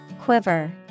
Quiver